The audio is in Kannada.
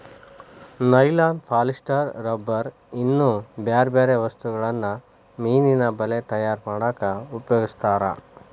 ನೈಲಾನ್ ಪಾಲಿಸ್ಟರ್ ರಬ್ಬರ್ ಇನ್ನೂ ಬ್ಯಾರ್ಬ್ಯಾರೇ ವಸ್ತುಗಳನ್ನ ಮೇನಿನ ಬಲೇ ತಯಾರ್ ಮಾಡಕ್ ಉಪಯೋಗಸ್ತಾರ